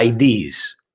IDs